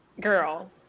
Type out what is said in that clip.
girl